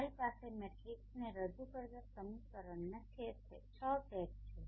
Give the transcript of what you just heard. તમારી પાસે મેટ્રિક્સને રજૂ કરતા સમીકરણોના છ સેટ છે